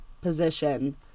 position